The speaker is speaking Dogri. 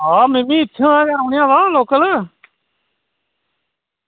आं में बी इत्थें दा गै रौह्ने आह्ला लोकल